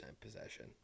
possession